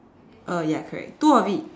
uh ya correct two of it